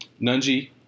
Nunji